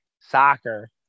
soccer